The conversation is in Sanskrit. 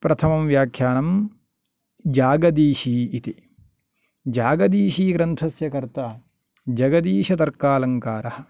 प्रथम व्याख्यानं जागदीशि इति जागदीशि ग्रन्थस्य कर्ता जगदीशतर्कालङ्कारः